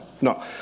No